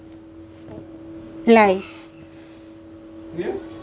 life